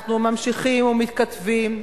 אנחנו ממשיכים ומתכתבים.